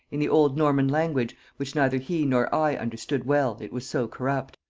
in the old norman language, which neither he nor i understood well, it was so corrupt.